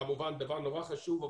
כמובן זה דבר נורא חשוב,